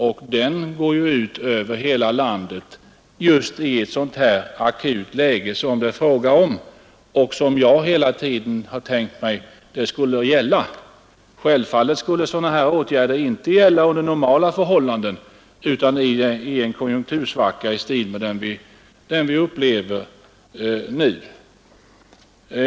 Den satsningen görs ju över hela landet just i ett sådant akut läge som det är fråga om nu och som jag hela tiden har tänkt mig att ifrågavarande bidragsgivning skulle gälla. Självfallet skulle sådana här åtgärder inte vidtas under normala förhållanden utan i en konjunktursvacka liknande den som vi upplever nu.